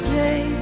day